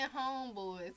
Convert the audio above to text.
homeboys